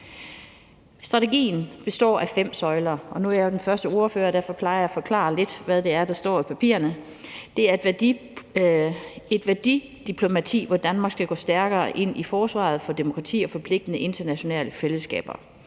Strategien består af fem søjler. Nu plejer jeg jo at være den første ordfører, og derfor plejer jeg at forklare lidt, hvad det er, der står i papirerne. Det er et værdidiplomati, hvor Danmark skal gå stærkere ind i forsvaret for demokrati og forpligtende internationale fællesskaber.